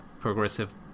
progressive